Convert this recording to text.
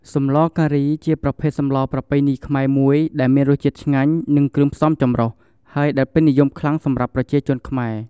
សម្លរការីជាប្រភេទសម្លរប្រពៃណីជាតិខ្មែរមួយ ដែលមានរសជាតិឆ្ងាញ់ និងគ្រឿងផ្សំចម្រុះ ហើយដែលពេញនិយមខ្លាំងសម្រាប់ប្រជាជនខ្មែរ។